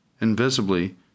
Invisibly